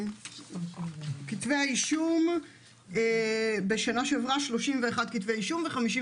בשנה שעברה היו 31 כתבי אישום ו-51